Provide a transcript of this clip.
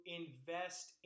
invest